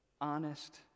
honest